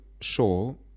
sure